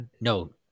no